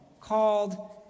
called